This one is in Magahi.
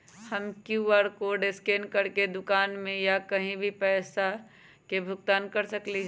हम कियु.आर कोड स्कैन करके दुकान में या कहीं भी पैसा के भुगतान कर सकली ह?